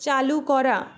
চালু করা